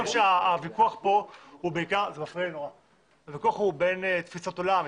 אני חושב שהוויכוח פה הוא בין תפיסות עולם.